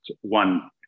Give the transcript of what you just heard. one